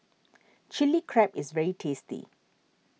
Chili Crab is very tasty